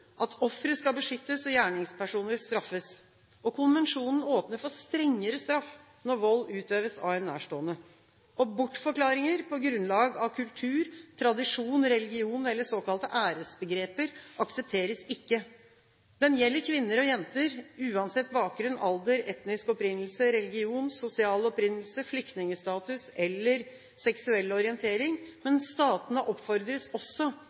at ofre skal beskyttes og gjerningspersoner straffes. Konvensjonen åpner for strengere straff når vold utøves av en nærstående. Bortforklaringer på grunnlag av kultur, tradisjon, religion eller såkalte æresbegreper aksepteres ikke. Den gjelder kvinner og jenter – uansett bakgrunn, alder, etnisk opprinnelse, religion, sosial opprinnelse, flyktningstatus eller seksuell orientering. Men statene oppfordres også